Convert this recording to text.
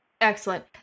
excellent